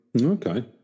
Okay